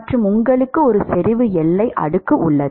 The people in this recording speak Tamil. மற்றும் உங்களுக்கு ஒரு செறிவு எல்லை அடுக்கு உள்ளது